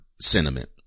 sentiment